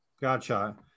Gotcha